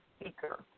speaker